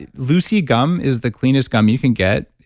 and lucy gum is the cleanest gum you can get.